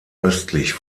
östlich